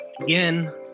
again